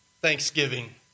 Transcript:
thanksgiving